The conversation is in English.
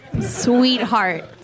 Sweetheart